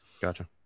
Gotcha